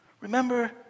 Remember